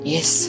Yes